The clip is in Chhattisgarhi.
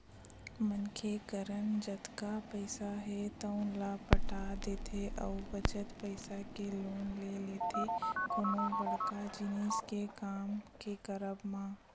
मनखे करन जतका पइसा हे तउन ल पटा देथे अउ बचत पइसा के लोन ले लेथे कोनो बड़का जिनिस के काम के करब म